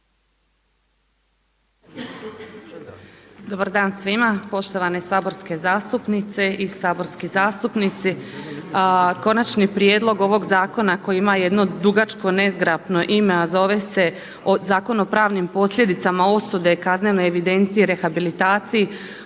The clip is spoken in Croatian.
Dobar dan svima, poštovane saborske zastupnice i saborski zastupnici. Konačni prijedlog ovog zakona koji ima jedno dugačko nezgrapno ime, a zove se Zakon o pravnim posljedicama osude, kaznene evidencije, rehabilitaciji